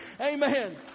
Amen